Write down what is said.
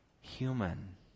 human